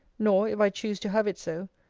nor, if i choose to have it so,